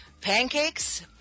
pancakes